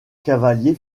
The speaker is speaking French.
cavaliers